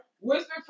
whisper